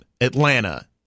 atlanta